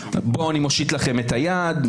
אני מושיט לכם את היד.